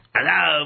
Hello